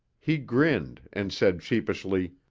he grinned and said sheepishly,